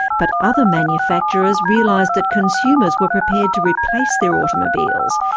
but other manufacturers realised that consumers were prepared to replace their automobiles,